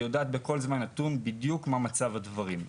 והיא יודעת בכל זמן נתון בדיוק מה מצב הדברים.